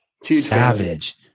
Savage